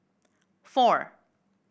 four